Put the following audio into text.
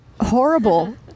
horrible